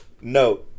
No